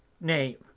nay